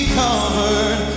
covered